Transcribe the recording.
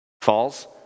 falls